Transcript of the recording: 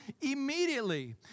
immediately